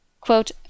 quote